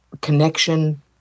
connection